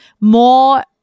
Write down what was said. more